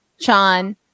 Sean